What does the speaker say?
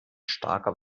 starker